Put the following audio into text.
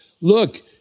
Look